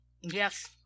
Yes